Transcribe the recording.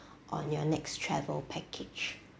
on your next travel package